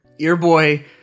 Earboy